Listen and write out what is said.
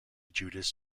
judas